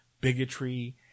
bigotry